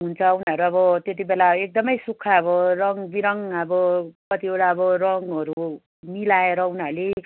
हुन्छ उनीहरू अब त्यति बेला एकदम सुक्खा अब रङ बिरङ अब कतिवटा अब रङहरू मिलाएर उनीहरूले